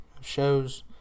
shows